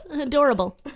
adorable